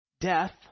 death